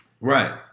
Right